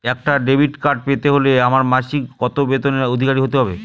একটা debit card পেতে হলে আমার মাসিক কত বেতনের অধিকারি হতে হবে?